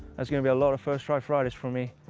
there's gonna be a lot of first-try fridays for me.